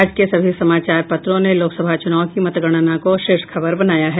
आज के सभी समाचार पत्रों ने लोकसभा चुनाव की मतगणना को शीर्ष खबर बनाया है